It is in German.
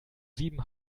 sieben